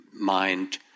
mind